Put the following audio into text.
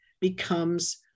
becomes